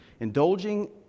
Indulging